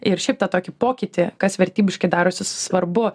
ir šiaip tą tokį pokytį kas vertybiškai darosi svarbu